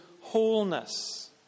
wholeness